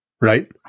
Right